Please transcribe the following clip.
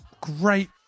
great